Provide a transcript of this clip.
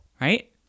right